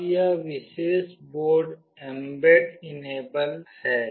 अब यह विशेष बोर्ड एमबेड इनेबल है